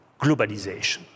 globalization